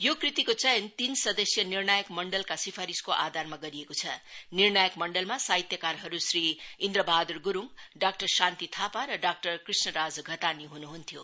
यो कृतिको चयन तीन सदसीय निर्णायक मण्डलका सिफारिशको आधारमा गरिएको छ निर्णायक मन्डलमा सागहित्यकारहरू श्री इन्द्रबहाद्र ग्रुङ डाक्टर शान्ति थापा र डाक्टर कृष्णराज घतानी हन्ह्न्थ्यो